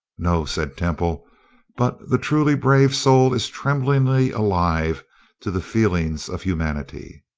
no, said temple but the truly brave soul is tremblingly alive to the feelings of humanity.